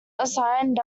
assigned